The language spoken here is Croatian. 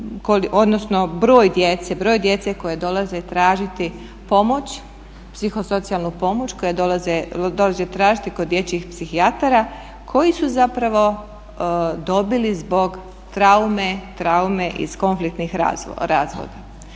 odnosno broj djece koja dolaze tražiti pomoć, psihosocijalnu pomoć koju dolaze tražiti kod dječjih psihijatara koji su zapravo dobili zbog traume iz konfliktnih razvoda.